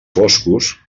foscos